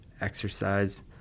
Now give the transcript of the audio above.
exercise